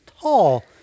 tall